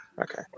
Okay